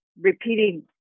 repeating